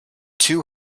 too